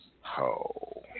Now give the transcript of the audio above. Ho